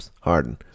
Harden